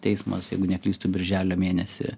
teismas jeigu neklystu birželio mėnesį